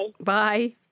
Bye